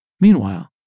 Meanwhile